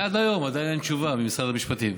ועד היום עדיין אין תשובה ממשרד המשפטים.